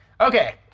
Okay